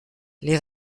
les